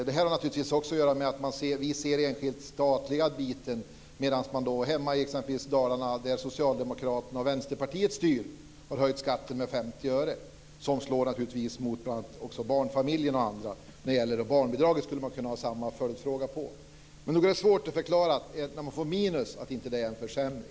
Det här har naturligtvis också att göra med att vi ser den statliga biten, medan man hemma i exempelvis Dalarna, där Socialdemokraterna och Vänsterpartiet styr, har höjt skatten med 50 öre. Det slår också mot barnfamiljer och andra. När det gäller barnbidraget skulle man kunna ha samma följdfråga. Nog är det svårt att förklara när man får minus att det inte är en försämring.